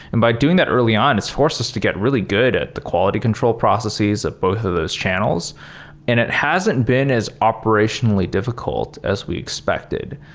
and by doing that early on, it's forced to get really good at the quality control processes of both of those channels and it hasn't been as operationally difficult as we expected.